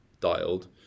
dialed